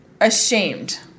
Ashamed